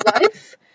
life